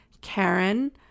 Karen